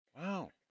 wow